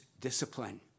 discipline